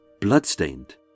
bloodstained